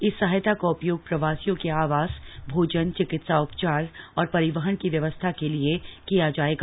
इस सहायता का उपयोग प्रवासियों के आवास भोजन चिकित्सा उपचार और परिवहन की व्यवस्था के लिए किया जाएगा